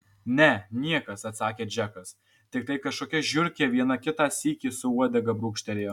ne niekas atsakė džekas tiktai kažkokia žiurkė vieną kitą sykį su uodega brūkštelėjo